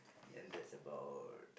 and there is about